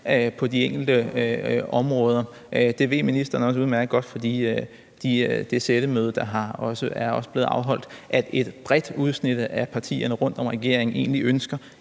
på de enkelte områder. Det ved ministeren også udmærket godt fra det sættemøde, der også er blevet afholdt, altså at et bredt udsnit af partierne rundt om regeringen egentlig ønsker